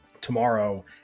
tomorrow